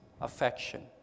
affection